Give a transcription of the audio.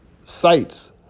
sites